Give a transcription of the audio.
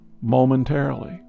momentarily